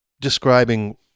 describing